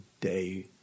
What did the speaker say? day